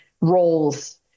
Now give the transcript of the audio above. roles